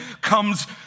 comes